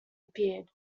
appeared